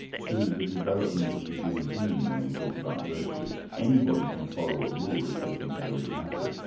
to the development of the human being when you talk about virtues. anybody can follow a rule if they think they really have to,